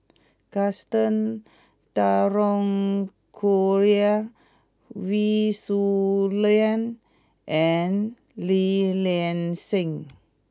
Gaston Dutronquoy Wee Shoo Leong and Li Nanxing